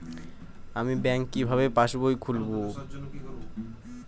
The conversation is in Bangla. আমি ব্যাঙ্ক কিভাবে পাশবই খুলব?